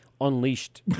unleashed